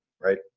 right